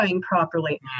properly